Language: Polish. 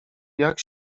jak